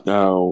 Now